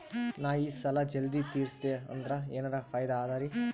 ನಾ ಈ ಸಾಲಾ ಜಲ್ದಿ ತಿರಸ್ದೆ ಅಂದ್ರ ಎನರ ಫಾಯಿದಾ ಅದರಿ?